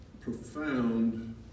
profound